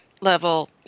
level